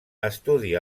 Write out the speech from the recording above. estudia